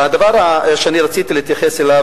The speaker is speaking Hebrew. והדבר שאני רציתי להתייחס אליו,